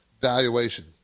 valuation